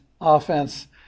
offense